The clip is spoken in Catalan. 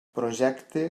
projecte